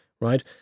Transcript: right